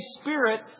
Spirit